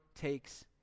takes